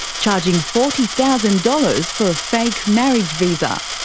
charging forty thousand dollars for a fake marriage visa.